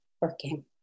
working